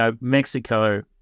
Mexico